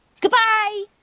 Goodbye